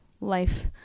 life